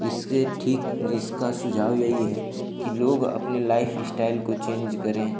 इसके ठीक इसका सुझाव यही है कि लोग अपनी लाइफ़ स्टाइल को चेन्ज करें